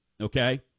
okay